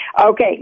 Okay